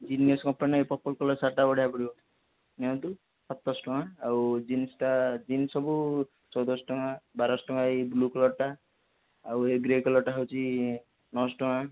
genius କମ୍ପାନୀର ଏ purple colour ସାର୍ଟ୍ଟା ବଢ଼ିଆ ପଡ଼ିବ ନିଅନ୍ତୁ ସାତଶହ ଟଙ୍କା ଆଉ ଜିନ୍ସଟା ଜିନ୍ସ ସବୁ ଚଉଦଶହ ଟଙ୍କା ବାରଶହ ଟଙ୍କା ଏ ବ୍ଳ୍ୟୁ କଲର୍ଟା ଆଉ ଏ ଗ୍ରେ କଲର୍ଟା ହେଉଛି ନଅଶହ ଟଙ୍କା